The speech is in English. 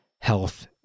Health